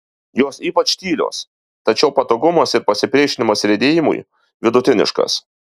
jos ypač tylios tačiau patogumas ir pasipriešinimas riedėjimui vidutiniškas